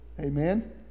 Amen